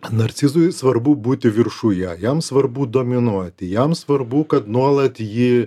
narcizui svarbu būti viršuje jam svarbu dominuoti jam svarbu kad nuolat jį